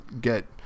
get